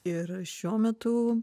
ir šiuo metu